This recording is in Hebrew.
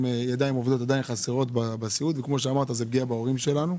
עדיין חסרות כ-8,000 ידיים עובדות בסיעוד; זו פגיעה בהורים שלנו,